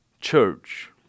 church